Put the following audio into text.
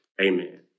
Amen